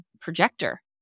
projector